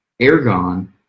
Ergon